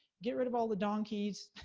get rid of all the donkeys.